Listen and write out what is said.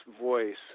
voice